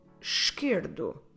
ESQUERDO